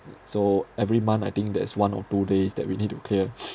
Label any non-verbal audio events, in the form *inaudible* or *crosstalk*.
mm so every month I think there's one or two days that we need to clear *noise*